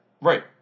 right